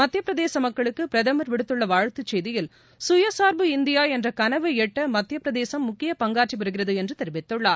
மத்திய பிரதேச மக்களுக்கு பிரதமர் விடுத்துள்ள வாழ்த்துச் செய்தியில் சுயசார்பு இந்தியா என்ற கனவை எட்ட மத்திய பிரதேசம் முக்கிய பங்காற்றி வருகிறது என்று தெரிவித்துள்ளார்